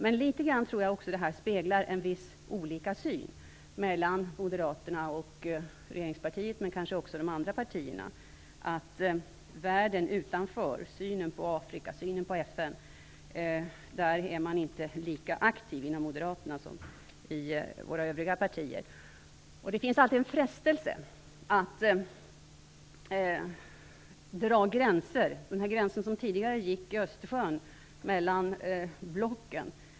Men jag tror att detta speglar en viss olikhet i synen mellan Moderaterna och regeringspartiet och kanske också de andra partierna. När det gäller synen på världen utanför - synen på Afrika och synen på FN - är man inte lika aktiv inom Moderaterna som i de övriga partierna. Det är alltid frestande att dra gränser. Tidigare gick det en gräns mellan blocken i Östersjön.